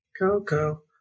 Coco